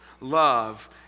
love